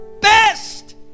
best